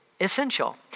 essential